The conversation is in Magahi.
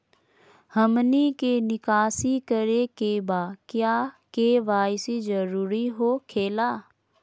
हमनी के निकासी करे के बा क्या के.वाई.सी जरूरी हो खेला?